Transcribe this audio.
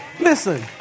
Listen